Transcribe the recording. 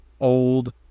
old